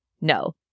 no